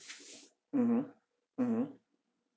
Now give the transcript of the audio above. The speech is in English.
mmhmm mmhmm